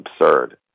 absurd